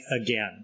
again